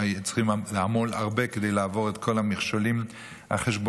היו צריכים לעמול הרבה כדי לעבור את כל המכשולים החשבונאיים